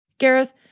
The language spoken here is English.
Gareth